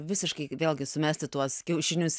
visiškai vėlgi sumesti tuos kiaušinius